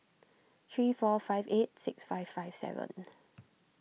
three four five eight six five five seven